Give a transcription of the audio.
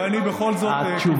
ואני בכל זאת קיבלתי החלטה.